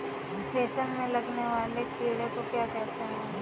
रेशम में लगने वाले कीड़े को क्या कहते हैं?